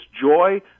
joy